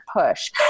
push